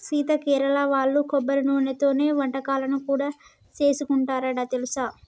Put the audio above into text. సీత కేరళ వాళ్ళు కొబ్బరి నూనెతోనే వంటకాలను కూడా సేసుకుంటారంట తెలుసా